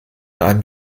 einem